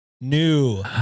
new